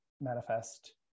manifest